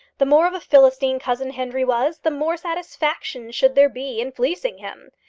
the more of a philistine cousin henry was, the more satisfaction should there be in fleecing him.